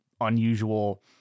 unusual